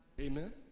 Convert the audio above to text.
Amen